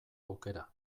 aukera